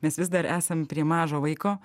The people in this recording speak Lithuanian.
mes vis dar esam prie mažo vaiko